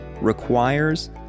requires